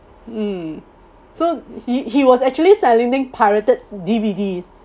mm so he he was actually selling pirated D_V_D